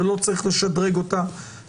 אני לא בטוח שצריך לקבוע את זה בחקיקה